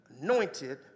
anointed